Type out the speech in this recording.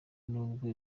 nubwo